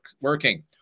working